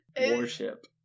warship